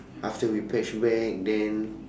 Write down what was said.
after we patch back then